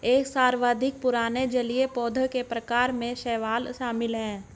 क्या सर्वाधिक पुराने जलीय पौधों के प्रकार में शैवाल शामिल है?